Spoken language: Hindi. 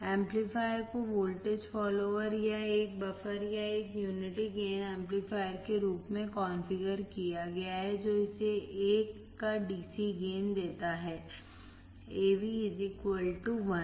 एम्पलीफायर को वोल्टेज फॉलोअर् या एक बफर या एक यूनिटी गेन एम्पलीफायर के रूप में कॉन्फ़िगर किया गया है जो इसे 1 का DC गेन देता है AV1